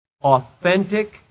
authentic